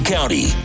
County